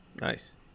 Nice